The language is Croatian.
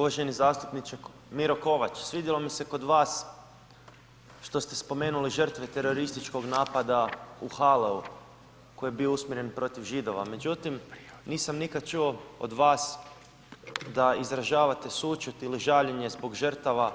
Uvaženi zastupniče Miro Kovač, svidjelo mi se kod vas što ste spomenuli žrtve terorističkog napada u Halleu koji je bio usmjeren protiv Židova, međutim nisam nikad čuo od vas da izražavate sućut ili žaljenje zbog žrtava